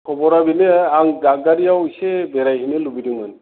खबरा बेनो आं दादगारिआव इसे बेरायहैनो लुबैदोंमोन